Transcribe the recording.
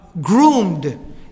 groomed